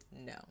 No